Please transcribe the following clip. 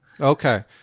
Okay